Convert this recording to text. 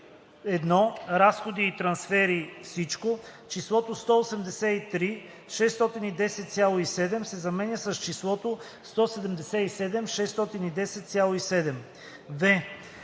Разходи и трансфери – всичко“ числото „183 610,7“ се заменя с числото „177 610,7“.